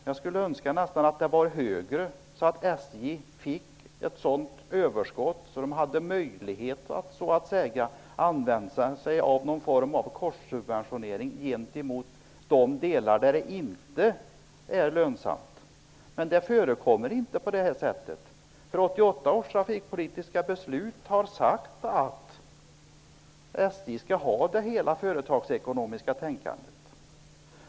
Jag skulle nästan önska att det var högre, så att SJ fick ett sådant överskott att man hade möjlighet att ha någon form av korssubventionering gentemot de delar som inte är lönsamma. Men något sådant förekommer inte. SJ helt igenom skulle ha ett företagsekonomiskt tänkande.